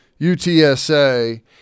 UTSA